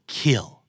kill